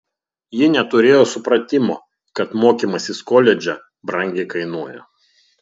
ji neturėjo supratimo kad mokymasis koledže brangiai kainuoja